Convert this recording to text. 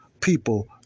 people